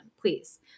please